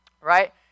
right